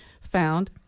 found